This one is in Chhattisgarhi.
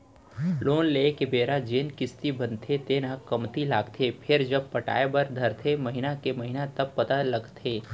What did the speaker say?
लोन लेए के बेरा जेन किस्ती बनथे तेन ह कमती लागथे फेरजब पटाय बर धरथे महिना के महिना तब पता लगथे